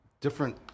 different